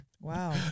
Wow